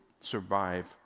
survive